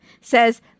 says